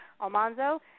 Almanzo